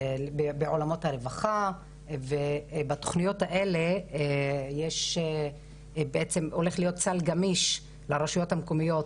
בעולמות הרווחה ובתוכניות האלה הולך להיות סל גמיש לרשויות המקומיות